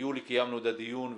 ביולי קיימנו את הדיון,